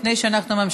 לפני שאנחנו ממשיכים,